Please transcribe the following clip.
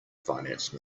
finance